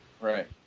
Right